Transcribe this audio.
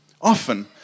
Often